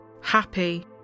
happy